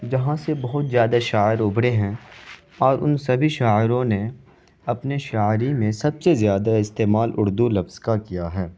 جہاں سے بہت زیادہ شاعر ابھرے ہیں اور ان سبھی شاعروں نے اپنے شاعری میں سب سے زیادہ استعمال اردو لفظ کا کیا ہے